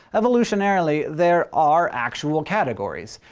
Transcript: evolutionarily, there are actual categories.